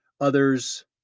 others